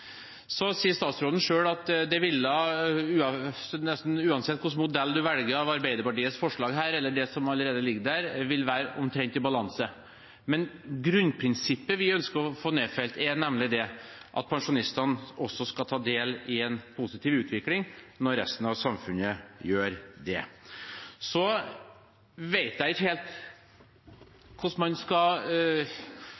sier selv at det – nesten uansett hvilken modell man velger, Arbeiderpartiet og SVs forslag eller det som allerede ligger der – vil være omtrent i balanse. Grunnprinsippet vi ønsker å få nedfelt, er nemlig at også pensjonistene skal ta del i en positiv utvikling når resten av samfunnet gjør det. Jeg vet ikke helt